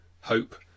hope